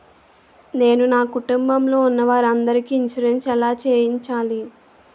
నేను నా కుటుంబం లొ ఉన్న వారి అందరికి ఇన్సురెన్స్ ఎలా చేయించాలి?